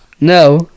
no